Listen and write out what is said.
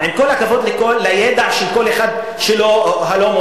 עם כל הכבוד לידע של כל אחד שאינו מוסלמי,